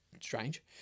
strange